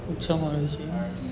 ઓછા મળે છે